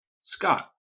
Scott